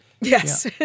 Yes